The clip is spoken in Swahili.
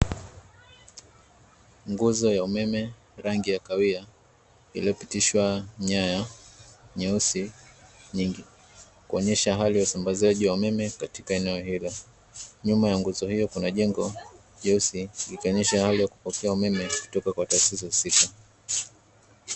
Nguzo ya umeme rangi ya kahawia iliyopitishwa nyaya nyeusi nyingi, kuonyesha hali ya usambazaji wa umeme katika eneo hilo. Nyuma ya nguzo hiyo kuna jengo jeusi likionyesha hali ya kupokea umeme kutoka kwa taasisi husika.